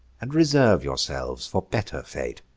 and reserve yourselves for better fate.